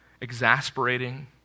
exasperating